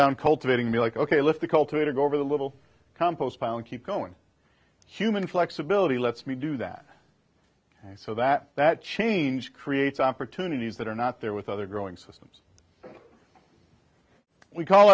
down cultivating me like ok let's the cultivator go over the little compost pile and keep going human flexibility lets me do that so that that change creates opportunities that are not there with other growing systems we call